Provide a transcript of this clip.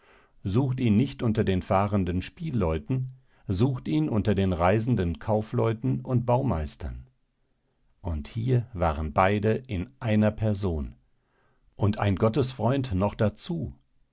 sucht ihn nicht unter den fahrenden spielleuten sucht ihn unter den reisenden kaufleuten und baumeistern und hier waren beide in einer person und ein gottesfreund noch dazu